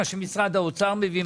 מה שמשרד האוצר מביא,